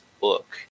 book